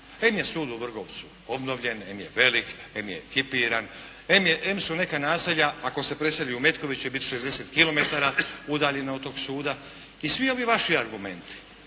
Em je sud u Vrgorcu obnovljen, em je velik, em je ekipiran, em su neka naselja ako se preseli u Metković biti 60 kilometara udaljena od tog suda i svi ovi vaši argumenti.